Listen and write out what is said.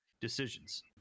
decisions